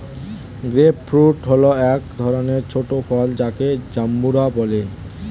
grape fruit হল এক ধরনের ছোট ফল যাকে জাম্বুরা বলে